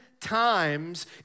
times